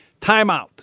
timeout